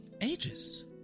ages